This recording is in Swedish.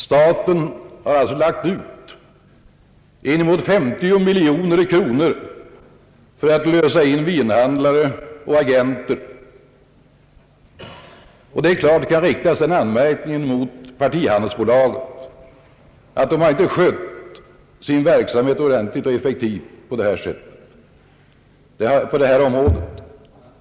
Staten har alltså lagt ut inemot 50 miljoner kronor för att lösa ut vinhandlare och agenter. Det är klart att det kan riktas en anmärkning mot partihandelsbolaget för att det inte har skött sin verksamhet ordentligt och effektivt på detta område.